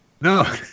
no